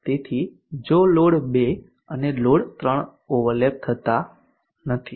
તેથી જો લોડ 2 અને લોડ 3 ઓવરલેપ થતા નથી